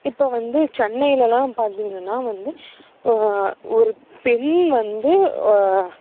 இப்போது வந்து சென்னையிலலாம் பார்த்தீங்கன்னா வந்து ஒரு பெண் வந்து